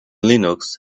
linux